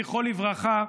זכרו לברכה,